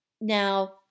now